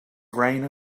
grain